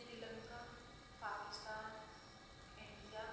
Sri Lanka Pakistan India